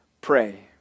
pray